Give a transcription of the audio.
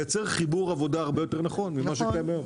וזה מייצר חיבור עבודה הרבה יותר נכון ממה שקיים היום.